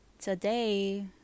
today